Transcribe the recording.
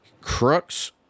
Crux